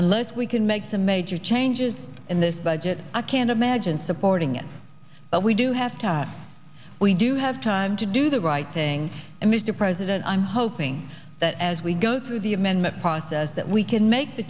unless we can make some major changes in this budget i can't imagine supporting it but we do have time we do have time to do the right thing and mr president i'm hoping that as we go through the amendment process that we can make the